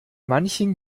manchen